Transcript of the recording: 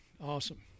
awesome